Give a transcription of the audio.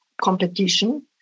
competition